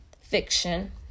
fiction